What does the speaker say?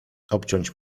obciąć